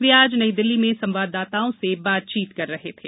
वे आज नई दिल्ली में संवाददाताओं से बातचीत कर रहे थे